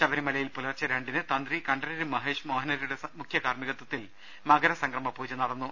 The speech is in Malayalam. ശബരിമലയിൽ പുലർച്ചെ രണ്ടിന് തന്ത്രി കണ്ഠരര് മഹേഷ് മോഹനരുടെ മുഖ്യ കാർമ്മികത്തിൽ മകര സംക്രമപൂജ നടന്നു